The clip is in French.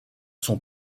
sont